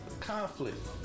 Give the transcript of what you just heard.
conflict